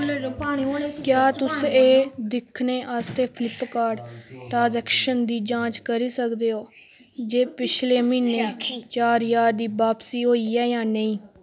क्या तुस एह् दिक्खने आस्तै फ्लिपकार्ट ट्रांज़ैक्शन दी जांच करी सकदे ओ जे पिछले म्हीने च चार ज्हार दी बापसी होई ऐ जां नेईं